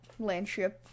landship